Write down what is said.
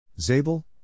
zabel